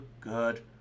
good